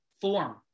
form